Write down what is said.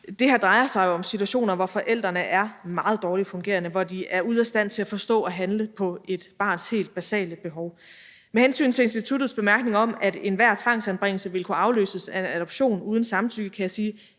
det her jo drejer sig om situationer, hvor forældrene er meget dårligt fungerende, og hvor de er ude af stand til at forstå og handle på et barns helt basale behov. Med hensyn til instituttets bemærkninger om at enhver tvangsanbringelse vil kunne afløses af en adoption uden samtykke, kan jeg sige,